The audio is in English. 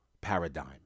paradigm